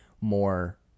more